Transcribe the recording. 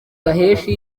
gaheshyi